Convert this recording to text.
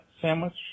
sandwich